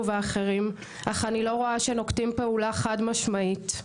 ואחרים אך אני לא רואה שנוקטים פעולה חד משמעית.